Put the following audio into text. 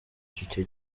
icyo